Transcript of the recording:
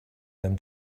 them